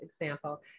example